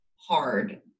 hard